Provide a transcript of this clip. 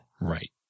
Right